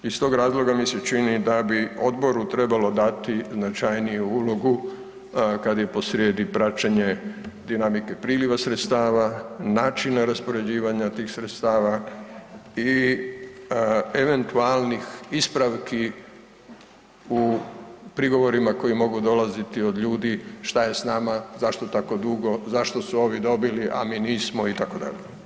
Iz tog razloga mi se čini da bi odboru trebalo dati značajniju ulogu kada je posrijedi praćenje dinamike priljeva sredstava, načina raspoređivanja tih sredstava i eventualnih ispravki u prigovorima koji mogu dolaziti od ljudi, što je s nama, zašto tako dugo, zašto su ovi dobili, a mi nismo, itd.